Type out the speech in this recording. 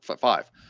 five